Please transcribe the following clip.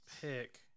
pick